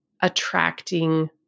attracting